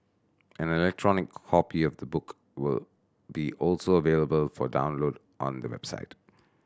an electronic copy of the book will be also available for download on the website